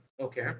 Okay